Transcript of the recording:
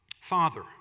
Father